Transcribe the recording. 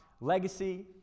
legacy